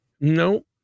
no